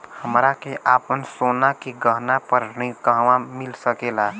हमरा के आपन सोना के गहना पर ऋण कहवा मिल सकेला?